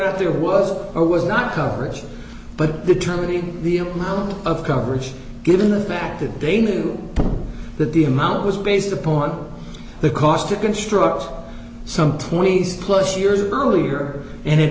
whether there was or was not coverage but determining the amount of coverage given the fact that they knew that the amount was based upon the cost to construct some twenty plus years earlier and it